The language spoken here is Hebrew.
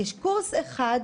יש קורס אחד,